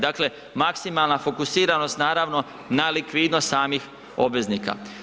Dakle, maksimalna fokusiranost naravno na likvidnost samih obveznika.